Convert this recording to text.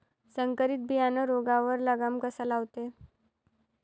संकरीत बियानं रोगावर लगाम कसा लावते?